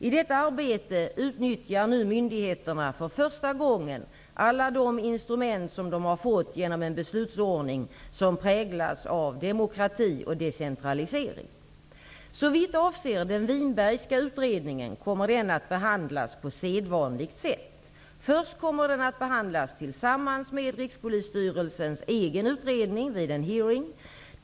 I detta arbete utnyttjar nu myndigheterna för första gången alla de instrument som de har fått genom en beslutsordning som präglas av demokrati och decentralisering. Den Winbergska utredningen kommer att behandlas på sedvanligt sätt. Först kommer den att behandlas tillsammans med Rikspolisstyrelsens egen utredning vid en hearing.